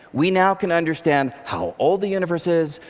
we now can understand how old the universe is.